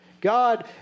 God